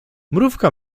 mrówka